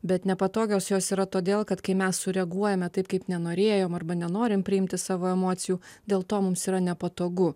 bet nepatogios jos yra todėl kad kai mes sureaguojame taip kaip nenorėjom arba nenorim priimti savo emocijų dėl to mums yra nepatogu